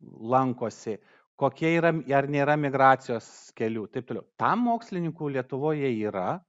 lankosi kokie yra ar nėra migracijos kelių taip toliau tam mokslininkų lietuvoje yra